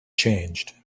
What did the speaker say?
changed